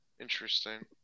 Interesting